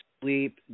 sleep